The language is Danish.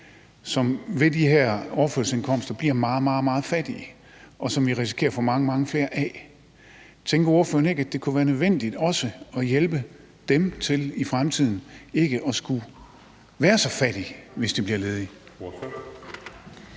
som ved de her overførselsindkomster bliver meget, meget fattige, og som vi risikerer at få mange, mange flere af. Tænker ordføreren ikke, at det kunne være nødvendigt også at hjælpe dem til i fremtiden ikke at skulle være så fattige, hvis de bliver ledige?